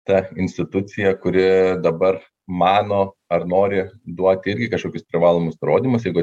ta institucija kuri dabar mano ar nori duoti irgi kažkokius privalomus nurodymus jeigu